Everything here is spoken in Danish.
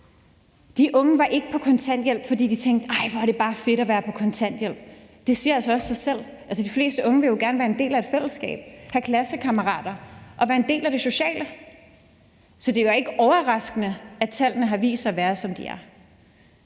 De unge var ikke på kontanthjælp, fordi de tænkte: Hvor er det bare fedt at være på kontanthjælp. Det siger altså også selv. De fleste unge vil jo gerne være en del af et fællesskab, have klassekammerater og være en del af det sociale, så det er ikke overraskende, at tallene har vist sig at være, som de er.